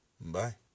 Bye